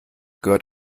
gehört